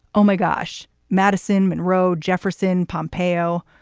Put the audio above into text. oh my gosh. madison, monroe. jefferson, pompeo.